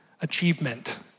achievement